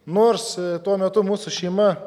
nors tuo metu mūsų šeima